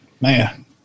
Man